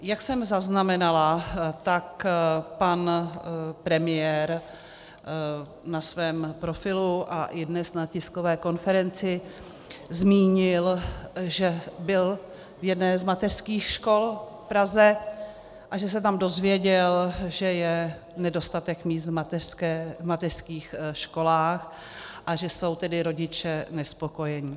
Jak jsem zaznamenala, tak pan premiér na svém profilu a i dnes na tiskové konferenci zmínil, že byl v jedné z mateřských škol v Praze a že se tam dozvěděl, že je nedostatek míst v mateřských školách, a že jsou tedy rodiče nespokojeni.